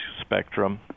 spectrum